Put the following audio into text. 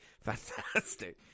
Fantastic